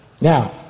Now